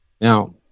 now